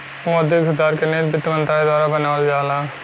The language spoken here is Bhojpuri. मौद्रिक सुधार क नीति वित्त मंत्रालय द्वारा बनावल जाला